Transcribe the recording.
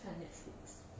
看 netflix